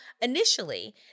initially